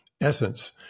essence